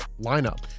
lineup